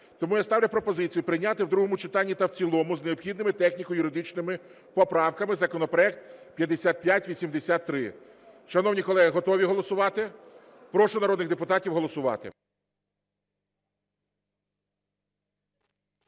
Тому я ставлю пропозицію прийняти в другому читанні та в цілому з необхідними техніко-юридичними поправками законопроект 5583. Шановні колеги, готові голосувати? Прошу народних депутатів голосувати.